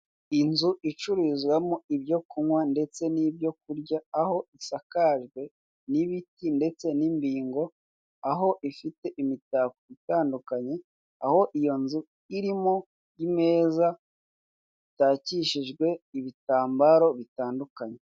Inzu icururizwamo ibyo kunywa ndetse n'ibyo kurya, aho isakajwe n'ibiti ndetse n'imbingo, aho ifite imitako itandukanye, aho iyo nzu irimo imeza zitakishijwe ibitambaro bitandukanye.